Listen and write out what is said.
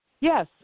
Yes